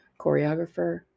choreographer